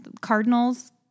Cardinals